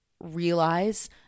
realize